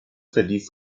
verlief